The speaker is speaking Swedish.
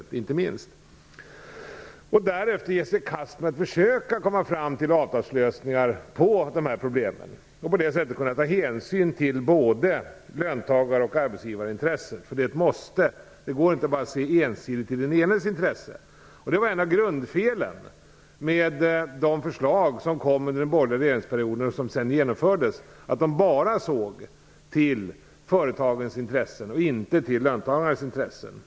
Därefter skall man ge sig i kast med att försöka komma fram till avtalslösningar på problemen och på det sättet ta hänsyn till både löntagar och arbetsgivarintressen. Det är ett måste - det går inte att bara se ensidigt till den enes intressen. Ett av grundfelen med de förslag som kom under den borgerliga regeringsperioden och som sedan genomfördes var att man bara såg till företagens intressen och inte till löntagarnas intressen.